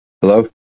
Hello